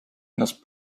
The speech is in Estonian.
ennast